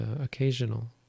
occasional